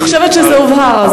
אני חושבת שזה הובהר,